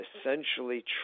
essentially